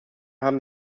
haben